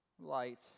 light